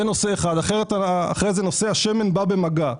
יש את הנושא של השמן שבא במגע,